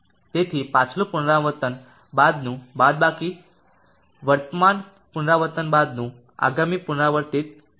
તેથી પાછલું પુનરાવર્તન બાદનું બાદબાકી વર્તમાન પુનરાવર્તન બાદનું આગામી પુનરાવૃત્તિ મૂલ્ય છે